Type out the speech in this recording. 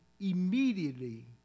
immediately